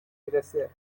میرسه